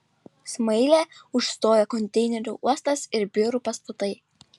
smailę užstojo konteinerių uostas ir biurų pastatai